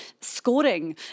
scoring